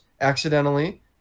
accidentally